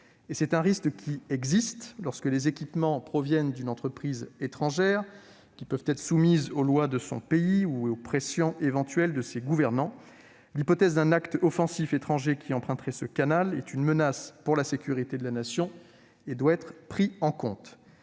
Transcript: Un tel risque existe lorsque les équipements proviennent d'une entreprise étrangère soumise aux lois de son pays et aux éventuelles pressions de ses gouvernants. L'hypothèse d'un acte offensif étranger qui emprunterait ce canal est une menace majeure pour la sécurité de la Nation et doit être prise en compte.